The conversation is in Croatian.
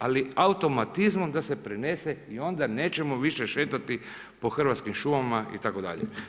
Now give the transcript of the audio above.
Ali, automatizmom ga se prenese i onda nećemo više šetati po hrvatskim šumama itd.